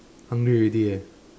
hungry already eh